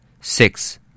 Six